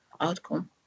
outcome